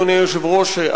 אדוני היושב-ראש,